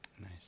Nice